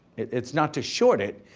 it's not to short it,